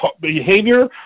behavior